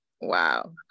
wow